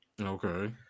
Okay